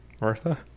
Martha